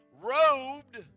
robed